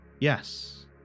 Yes